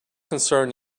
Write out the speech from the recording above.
concern